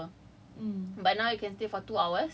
like you can stay for cause before this is just half an hour